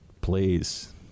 Please